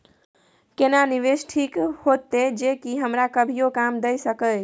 केना निवेश ठीक होते जे की हमरा कभियो काम दय सके?